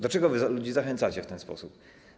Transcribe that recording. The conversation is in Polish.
Do czego ludzi zachęcacie w ten sposób?